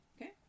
Okay